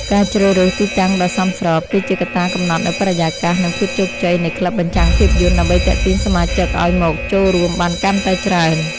ការជ្រើសរើសទីតាំងដ៏សមស្រប គឺជាកត្តាកំណត់នូវបរិយាកាស និងភាពជោគជ័យនៃក្លឹបបញ្ចាំងភាពយន្ត ដើម្បីទាក់ទាញសមាជិកឱ្យមកចូលរួមបានកាន់តែច្រើន។